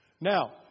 Now